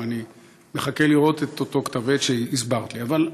ואני מחכה לראות את אותו כתב-עת שהסברת לי עליו.